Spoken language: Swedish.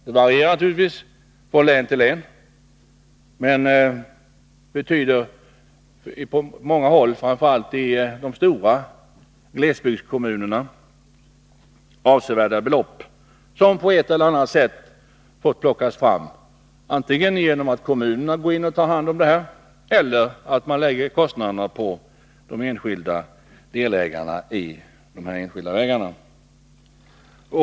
Det varierar naturligtvis från län till län, men på många håll, framför allt i de stora ” glesbygdskommunerna, innebär det avsevärda belopp, som på ett eller annat sätt får plockas fram antingen genom att kommunerna går in och tar hand om detta eller genom att man lägger kostnaderna på delägarna av de enskilda vägarna.